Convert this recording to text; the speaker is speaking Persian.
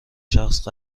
شخص